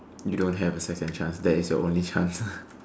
you don't have a second chance that is your only chance